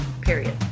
period